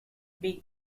big